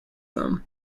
them